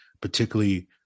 particularly